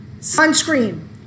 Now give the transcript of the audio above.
Sunscreen